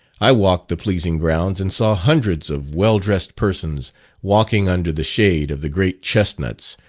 i walked the pleasing grounds, and saw hundreds of well dressed persons walking under the shade of the great chestnuts,